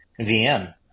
VM